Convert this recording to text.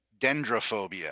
dendrophobia